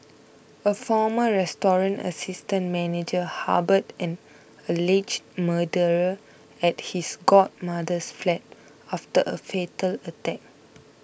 a former restaurant assistant manager harboured an alleged murderer at his godmother's flat after a fatal attack